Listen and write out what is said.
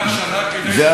דעתם תגבר, או לא תגבר.